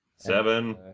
Seven